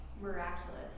miraculous